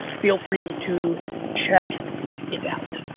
feel free to check it out.